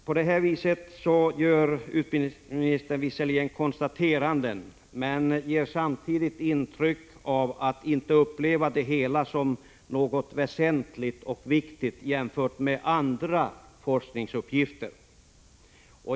På detta sätt gör utbildningsministern visserligen konstateranden men ger samtidigt intryck av att inte betrakta det hela som något väsentligt och viktigt jämfört med andra forskningsuppgifter.